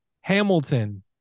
Hamilton